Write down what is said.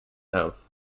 health